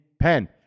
pen